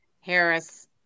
Harris